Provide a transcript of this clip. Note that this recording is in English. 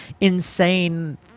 insane